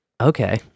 Okay